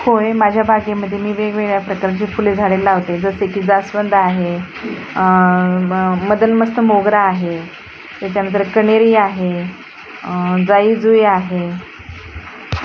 होय माझ्या बागेमध्ये मी वेगवेगळ्या प्रकारचे फुले झाडे लावते जसे की जास्वंद आहे म मदनमस्त मोगरा आहे त्याच्यानंतर कण्हेरी आहे जाई जुई आहे